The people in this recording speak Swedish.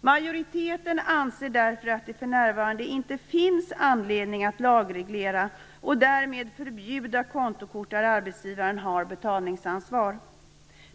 Majoriteten anser därför att det för närvarande inte finns anledning att lagreglera och därmed förbjuda kontokort där arbetsgivaren har betalningsansvar.